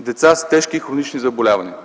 деца с тежки и хронични заболявания.